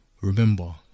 remember